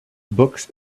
books